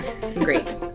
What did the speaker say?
Great